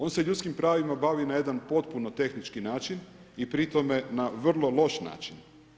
On se ljudskim pravima bavi na jedan potpuno tehnički način i pri tome na vrlo loš način.